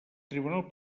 tribunal